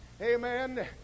Amen